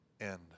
end